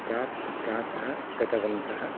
प्रातः प्रातः गतवन्तः